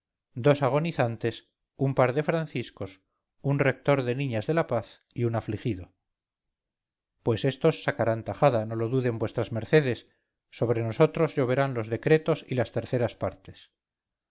dos agonizantes un par de franciscos un rector de niñas de la paz y un afligido pues estos sacarán tajada no lo duden vuestras mercedes sobre nosotros lloverán los decretos y las terceras partes